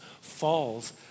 falls